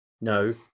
no